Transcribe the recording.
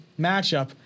matchup